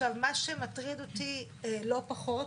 מה שמטריד אותי לא פחות